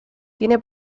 tiene